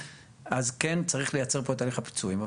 אז כן צריך לייצר פה את הליך הפיצויים.